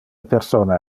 persona